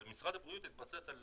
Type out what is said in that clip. אבל משרד הבריאות התבסס על